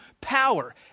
power